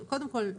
מאחוריה?